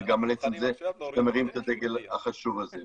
וגם על עצם זה שאתה מרים את הדגל החשוב הזה.